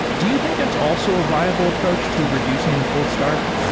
do you think that's also viable approach to reducing the cold start?